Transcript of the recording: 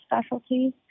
specialties